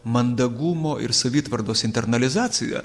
mandagumo ir savitvardos internalizacija